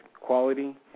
quality